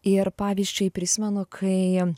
ir pavyzdžiui prisimenu kai